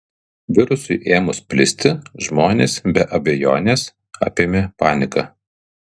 virusui ėmus plisti žmonės be abejonės apėmė panika